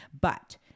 but-